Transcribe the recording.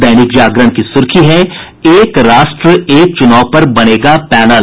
दैनिक जागरण की सुर्खी है एक राष्ट्र एक चुनाव पर बनेगा पैनल